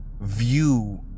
view